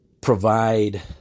provide